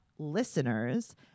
listeners